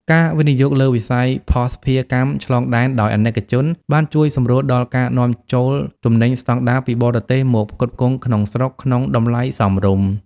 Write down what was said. ការវិនិយោគលើវិស័យភស្តុភារកម្មឆ្លងដែនដោយអាណិកជន បានជួយសម្រួលដល់ការនាំចូលទំនិញស្ដង់ដារពីបរទេសមកផ្គត់ផ្គង់ក្នុងស្រុកក្នុងតម្លៃសមរម្យ។